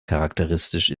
charakteristisch